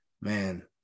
man